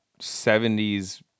70s